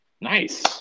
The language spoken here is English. Nice